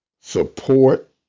support